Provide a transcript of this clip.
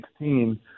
2016